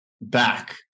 back